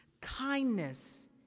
kindness